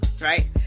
right